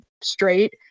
straight